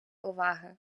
уваги